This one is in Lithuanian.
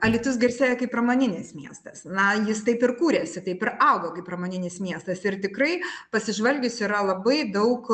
alytus garsėja kaip pramoninis miestas na jis taip ir kūrėsi taip ir augo kaip pramoninis miestas ir tikrai pasižvalgius yra labai daug